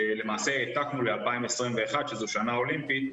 שלמעשה העתקנו ל-2021 שזו שנה אולימפית,